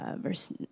verse